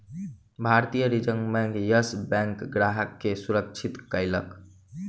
भारतीय reserve bank, yes बैंकक ग्राहक के सुरक्षित कयलक